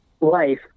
life